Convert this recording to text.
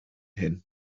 hyn